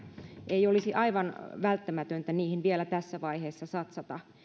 ei olisi aivan välttämätöntä niihin vielä tässä vaiheessa satsata